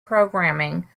programming